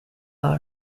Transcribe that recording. all